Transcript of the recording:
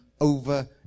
over